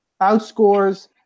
Outscores